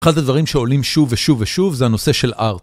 אחד הדברים שעולים שוב ושוב ושוב זה הנושא של ארט.